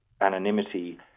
anonymity